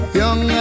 young